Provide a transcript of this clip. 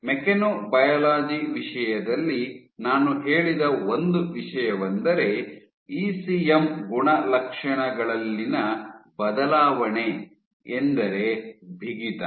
mechanobiology ವಿಷಯದಲ್ಲಿ ನಾನು ಹೇಳಿದ ಒಂದು ವಿಷಯವೆಂದರೆ ಇಸಿಎಂ ಗುಣಲಕ್ಷಣಗಳಲ್ಲಿನ ಬದಲಾವಣೆ ಎಂದರೆ ಬಿಗಿತ